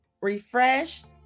refreshed